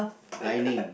dining